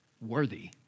worthy